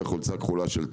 או חולצה כחולה של טרה,